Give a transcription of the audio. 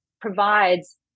provides